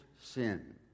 Sin